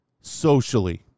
socially